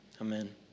Amen